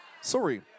sorry